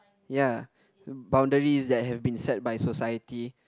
ya boundaries that have been set by society